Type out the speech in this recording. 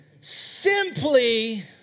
Simply